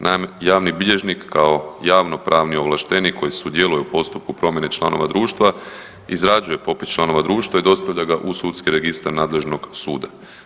Naime, javni bilježnik kao javnopravni ovlaštenik koji sudjeluje u postupku promjene članova društva izrađuje popis članova društva i dostavlja ga u sudski registar nadležnog suda.